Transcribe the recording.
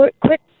quick